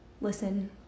Listen